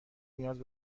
نیاز